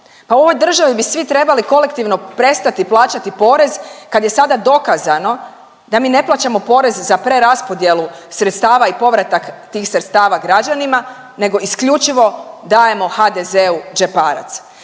Pa u ovoj državi bi svi trebali kolektivno prestati plaćati porez kad je sada dokazano da mi ne plaćamo porez za preraspodjelu sredstava i povratak tih sredstava građanima nego isključivo dajemo HDZ-u džeparac.